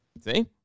See